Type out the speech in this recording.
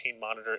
monitor